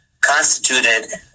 constituted